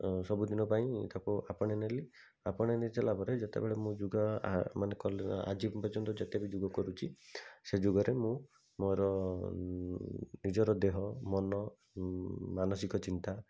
ସବୁଦିନ ପାଇଁ ଏଇଟାକୁ ଆପଣେଇ ନେଲି ଆପଣେଇ ନେଇ ସାରିଲାପରେ ଯେତେବେଳେ ମୁଁ ଯୋଗ ଯେତେବି ଯୋଗ କରୁଛି ସେ ଯୁଗରେ ମୁଁ ମୋର ଉଁ ନିଜର ଦେହ ମନ ଉଁ ମାନସିକ ଚିନ୍ତା